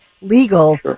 legal